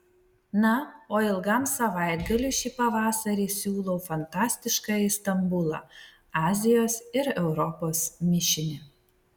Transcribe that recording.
na o ilgam savaitgaliui šį pavasarį siūlau fantastiškąjį stambulą azijos ir europos mišinį